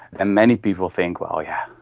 and many people think, well yeah